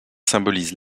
symbolisent